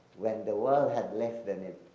when the world had less than a